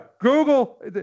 Google